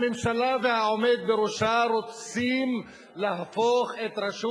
הממשלה והעומד בראשה רוצים להפוך את רשות